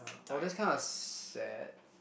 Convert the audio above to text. oh that's kind of sad